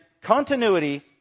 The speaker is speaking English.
continuity